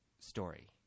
story